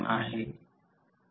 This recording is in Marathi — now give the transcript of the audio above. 153 तर 0